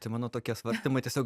tai mano tokie svarstymai tiesiog